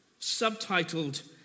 subtitled